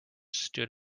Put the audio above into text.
stood